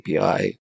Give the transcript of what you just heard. API